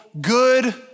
good